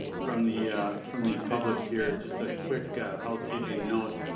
from the from the public here just a quick housekeeping note.